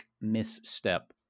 misstep